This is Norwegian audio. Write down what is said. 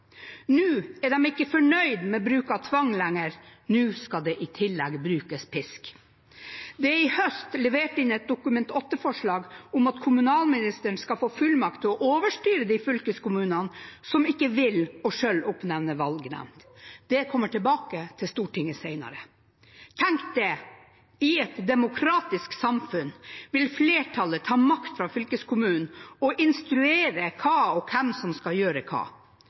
Nå er de ikke fornøyd med bruk av tvang lenger, nå skal det i tillegg brukes pisk. Det er i høst levert inn et Dokument 8-forslag om at kommunalministeren skal få fullmakt til å overstyre de fylkeskommunene som ikke vil, og selv oppnevne valgnemnd. Det kommer tilbake til Stortinget senere. Tenk det – i et demokratisk samfunn vil flertallet ta makt fra fylkeskommunen og instruere hva og hvem som skal gjøre hva.